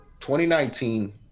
2019